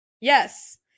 Yes